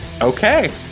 okay